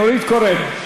נורית קורן,